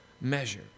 measure